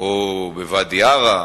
או בוואדי-עארה,